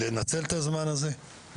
לנצל את הזמן הזה,